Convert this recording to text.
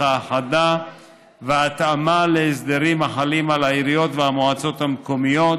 האחדה והתאמה להסדרים החלים על העיריות והמועצות המקומיות